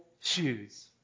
shoes